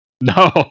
No